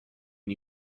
and